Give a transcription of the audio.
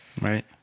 Right